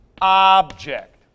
object